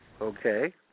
okay